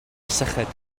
syched